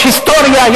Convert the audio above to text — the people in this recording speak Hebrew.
יש היסטוריה,